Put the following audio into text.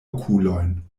okulojn